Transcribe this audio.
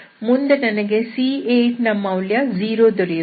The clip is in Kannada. ಮುಂದೆ ನನಗೆ c8 ನ ಮೌಲ್ಯ 0 ದೊರೆಯುತ್ತದೆ